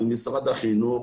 ממשרד החינוך,